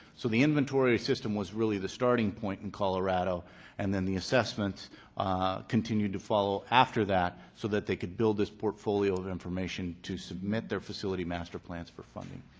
so the inventory system was really the starting point in colorado and then the assessments continued to follow after that so they could build this portfolio of information to submit their facility master plans for funding.